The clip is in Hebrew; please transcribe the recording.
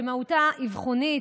שמהותה אבחונית,